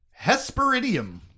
Hesperidium